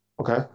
Okay